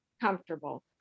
comfortable